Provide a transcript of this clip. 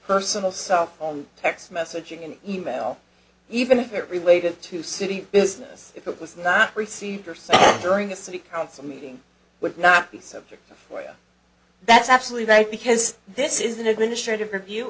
personal cell phone text messaging and e mail even if it related to city business it was not received or so during a city council meeting would not be subject to for you that's absolutely right because this is an administrative review